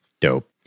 Dope